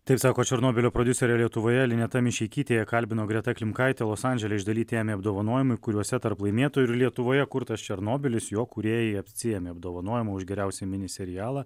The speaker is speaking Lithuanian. taip sako černobylio prodiuserė lietuvoje lineta mišeikytė ją kalbino greta klimkaitė los andžele išdalyti emmy apdovanojimai kuriuose tarp laimėtojų ir lietuvoje kurtas černobylis jo kūrėjai atsiėmė apdovanojimą už geriausią mini serialą